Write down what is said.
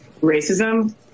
racism